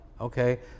Okay